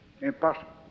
Impossible